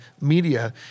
media